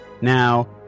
Now